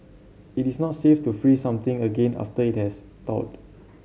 it is not safe to freeze something again after it has thawed